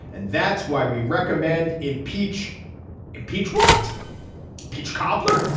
and that's why we recommend impeach impeach what peach cobbler.